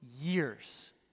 years